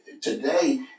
today